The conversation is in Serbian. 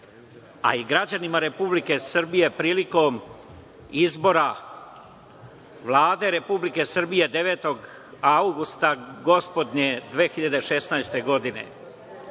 a i građanima Republike Srbije, prilikom izbora Vlada Republike Srbije, 9. avgusta gospodnje 2016. godine.I